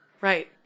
Right